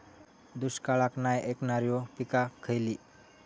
दुष्काळाक नाय ऐकणार्यो पीका खयली?